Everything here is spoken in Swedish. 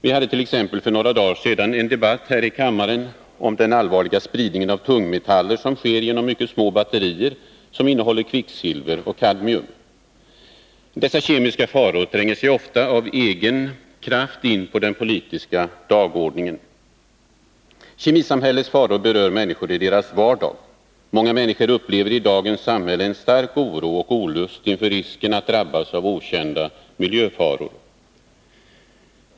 Vi hade t.ex. för några dagar sedan en debatt här i kammaren om den allvarliga spridning av tungmetaller som sker genom mycket små batterier som innehåller kvicksilver och kadmium. Dessa kemiska faror tränger sig ofta av egen kraft in på den politiska dagordningen. Kemisamhällets faror berör människor i deras vardag. Många människor upplever i dagens samhälle stark oro och olust inför risken att drabbas av okända miljöfaror.